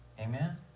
amen